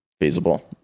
feasible